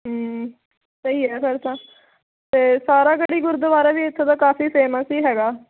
ਹੁੰ ਸਹੀ ਹੈ ਫਿਰ ਤਾਂ ਅਤੇ ਸਾਰਾਗੜੀ ਗੁਰਦੁਆਰਾ ਵੀ ਇੱਥੋਂ ਦਾ ਕਾਫ਼ੀ ਫੇਮਸ ਹੀ ਹੈਗਾ